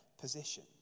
position